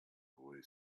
boy